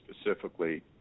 specifically